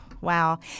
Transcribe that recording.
wow